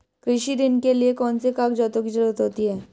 कृषि ऋण के लिऐ कौन से कागजातों की जरूरत होती है?